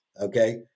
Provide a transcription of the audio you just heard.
Okay